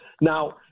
Now